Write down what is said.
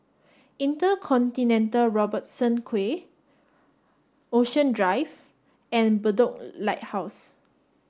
InterContinental Robertson Quay Ocean Drive and Bedok Lighthouse